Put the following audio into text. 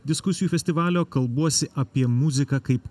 diskusijų festivalio kalbuosi apie muziką kaip